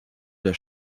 der